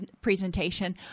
presentation